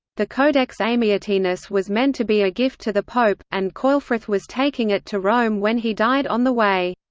the codex amiatinus was meant to be a gift to the pope, and ceolfrith was taking it to rome when he died on the way.